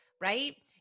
right